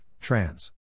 Trans